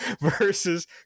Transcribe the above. versus